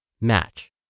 match